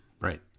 Right